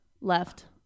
Left